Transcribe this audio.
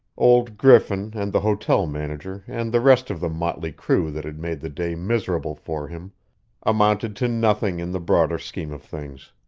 old griffin and the hotel manager and the rest of the motley crew that had made the day miserable for him amounted to nothing in the broader scheme of things,